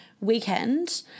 weekend